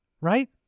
right